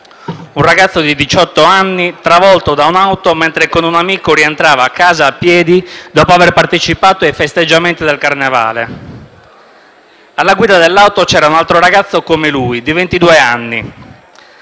un ragazzo di diciotto anni, travolto da un'auto mentre con un amico rientrava a casa a piedi dopo aver partecipato ai festeggiamenti del carnevale. Alla guida dell'auto c'era un altro ragazzo come lui, di ventidue